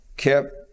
Kept